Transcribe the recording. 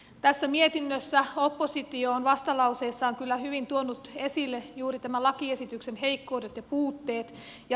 tässä mietinnössä oppositio on vastalauseessaan kyllä hyvin tuonut esille juuri tämän lakiesityksen heikkoudet ja puutteet